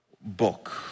book